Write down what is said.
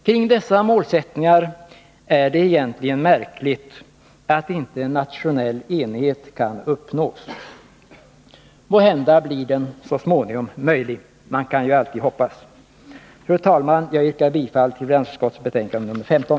Kring dessa målsättningar är det egentligen märkligt att inte en nationell enighet kan uppnås. Måhända blir den enigheten så småningom möjlig att nå — man kan ju alltid hoppas. Fru talman! Jag yrkar bifall till finansutskottets hemställan i dess betänkande 15.